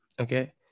okay